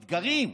מתגרים.